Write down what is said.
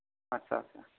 आत्सा आत्सा